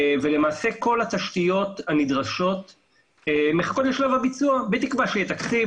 ולמעשה כל התשתיות הנדרשות מחכות לשלב הביצוע בתקווה שיהיה תקציב,